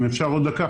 אם אפשר, עוד דקה.